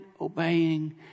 obeying